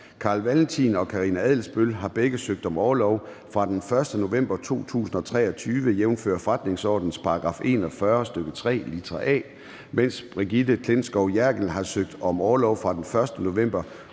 Carl Valentin (SF) og Karina Adsbøl (DD) har begge søgt om orlov fra den 1. november 2023, jævnfør forretningsordenens § 41, stk. 3, litra a, mens Brigitte Klintskov Jerkel har søgt om orlov fra den 1. november